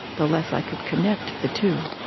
the less i could connect the two.